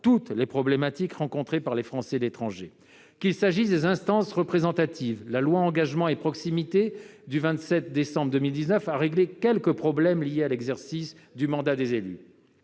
des problématiques rencontrées par les Français de l'étranger, qu'il s'agisse de leurs instances représentatives- la loi Engagement et proximité a seulement réglé quelques problèmes liés à l'exercice du mandat des élus